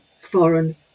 foreign